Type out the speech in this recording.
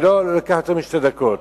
אני לא לוקח יותר משתי דקות,